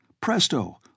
Presto